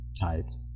typed